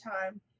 time